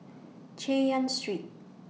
Chay Yan Street